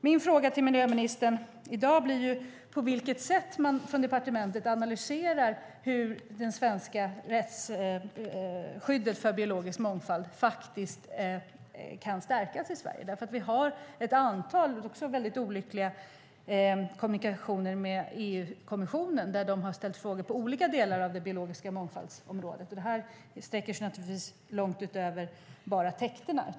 Min fråga till miljöministern i dag blir på vilket sätt man på departementet analyserar hur det svenska rättsskyddet för biologisk mångfald kan stärkas i Sverige. Vi har ett antal olyckliga kommunikationer med EU-kommissionen, där de har ställt frågor om olika delar på området biologisk mångfald. Det sträcker sig naturligtvis långt utöver bara täkterna.